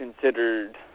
considered